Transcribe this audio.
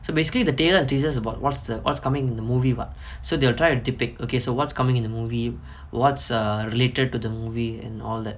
so basically the trailer and teaser is about what's what's coming in the movie what so they will try to depict okay so what's coming in the movie what's a related to the movie and all that